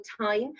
time